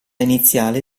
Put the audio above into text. iniziale